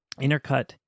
intercut